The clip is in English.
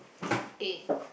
K